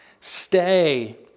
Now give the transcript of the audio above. Stay